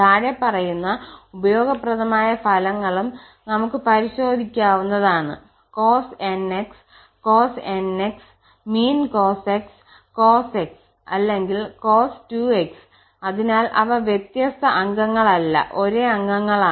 താഴെ പറയുന്ന ഉപയോഗപ്രദമായ ഫലങ്ങളും നമുക്ക് പരിശോധിക്കാവുന്നതാണ് cos 𝑛𝑥 cos 𝑛𝑥 mean cos 𝑥 cos 𝑥 അല്ലെങ്കിൽ cos 2𝑥 അതിനാൽ അവ വ്യത്യസ്ത അംഗങ്ങളല്ല ഒരേ അംഗങ്ങളാണ്